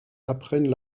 apprennent